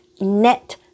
net